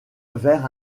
vers